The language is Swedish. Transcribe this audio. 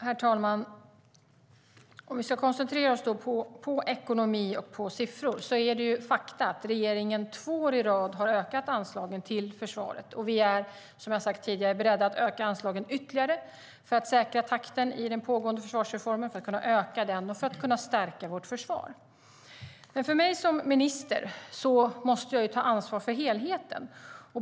Herr talman! Om vi ska koncentrera oss på ekonomi och siffror är det ett faktum att regeringen två år i rad har ökat anslagen till försvaret, och vi är beredda att öka anslagen ytterligare för att öka takten i den pågående försvarsreformen och för att kunna stärka vårt försvar. Som minister måste jag ta ansvar för helheten.